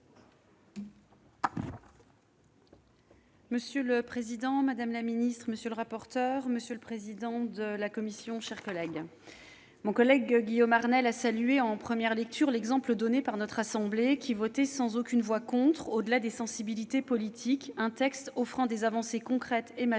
Monsieur le président, madame la secrétaire d'État, monsieur le rapporteur, monsieur le président de la commission, mes chers collègues, Guillaume Arnell a salué, en première lecture, l'exemple donné par notre assemblée, qui votait sans aucune voix contre, au-delà des sensibilités politiques, un texte offrant des avancées concrètes et majeures